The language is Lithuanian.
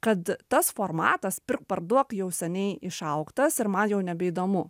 kad tas formatas pirk parduok jau seniai išaugtas ir man jau nebeįdomu